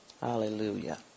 Hallelujah